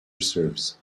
reserves